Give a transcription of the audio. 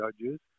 judges